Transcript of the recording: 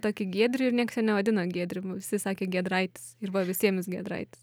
tokį giedrių ir nieks jo nevadino giedrium visi sakė giedraitis ir va visiem jis giedraitis